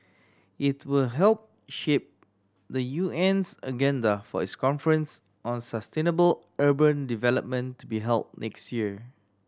it will help shape the U N's agenda for its conference on sustainable urban development to be held next year